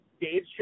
Dave